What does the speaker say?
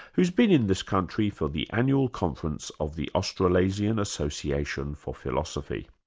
who's been in this country for the annual conference of the australasian association for philosophy.